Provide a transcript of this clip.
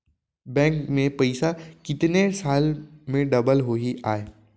Bank में पइसा कितने साल में डबल होही आय?